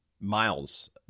miles